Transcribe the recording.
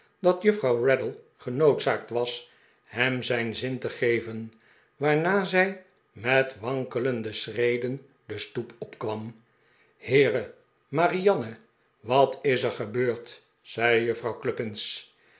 dat juffrouw raddle genoodzaakt was hem zijn zin te geven waarna zij met wankelende schreden de stoep opkwam heere marianne wat is er gebeurd zei juffrouw